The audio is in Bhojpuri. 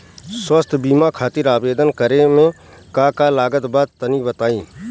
स्वास्थ्य बीमा खातिर आवेदन करे मे का का लागत बा तनि बताई?